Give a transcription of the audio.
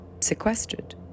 sequestered